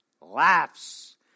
laughs